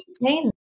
maintain